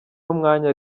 n’umwanya